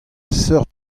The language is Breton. seurt